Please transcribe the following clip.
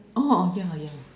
orh yeah yeah